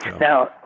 Now